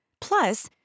Plus